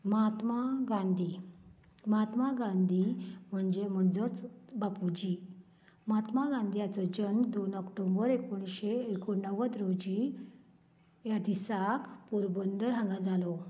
महात्मा गांधी महात्मा गांधी म्हणजे म्हजोच बापूजी महात्मा गांधी ह्याचो जल्म दोन ऑक्टोबर एकोणशें एकोणव्वद रोजी ह्या दिसांक पोरबंदर हांगा जालो